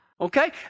Okay